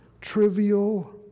trivial